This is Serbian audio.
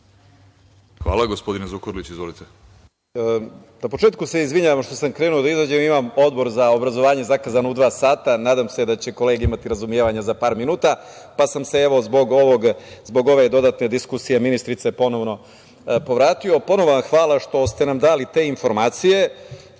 Hvala. Gospodine Zukorliću, izvolite. **Muamer Zukorlić** Na početku se izvinjavam što sam krenuo da izađem, imam Odbor za obrazovanje zakazano u dva sata. Nadam se da će kolege imati razumevanja za par minuta, pa sam se zbog ove dodatne diskusije ministrice ponovno povratio. Puno vam hvala što ste nam dali te informacije. Dakle,